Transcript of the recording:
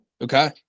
Okay